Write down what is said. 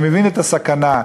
אני מבין את הסכנה.